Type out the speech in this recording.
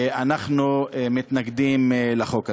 אנחנו מתנגדים לחוק הזה.